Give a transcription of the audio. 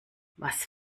was